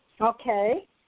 Okay